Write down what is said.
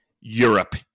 Europe